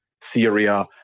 Syria